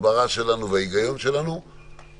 עם התנאים שלא תהיה סחבת.